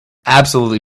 absolutely